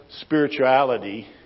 spirituality